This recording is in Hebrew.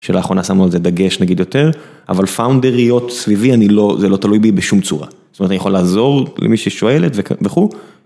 שלאחרונה שמו על זה דגש נגיד יותר, אבל פאונדריות סביבי זה לא תלוי בי בשום צורה, זאת אומרת אני יכול לעזור למי ששואלת וכו',